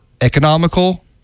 economical